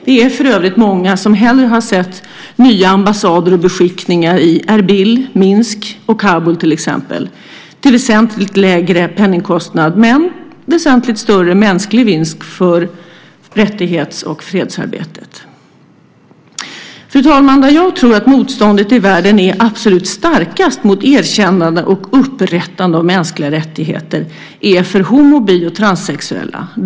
Vi är för övrigt många som hellre skulle ha sett nya ambassader och beskickningar i Erbil, Minsk och Kabul till exempel till väsentligt lägre kostnad, men till väsentligt större mänsklig vinst för rättighets och fredsarbetet. Jag tror att motståndet i världen mot erkännande och upprättande av mänskliga rättigheter är absolut starkast när det gäller homo-, bi och transsexuella.